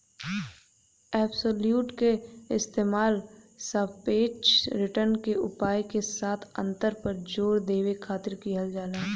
absolute क इस्तेमाल सापेक्ष रिटर्न के उपाय के साथ अंतर पर जोर देवे खातिर किहल जाला